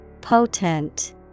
Potent